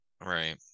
Right